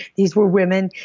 these were women,